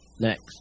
Next